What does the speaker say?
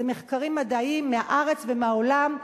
אלה מחקרים מדעיים מהארץ ומהעולם.